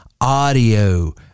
audio